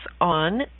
on